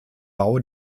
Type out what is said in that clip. bau